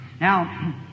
Now